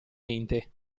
mente